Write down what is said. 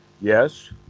Yes